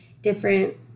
different